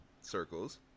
circles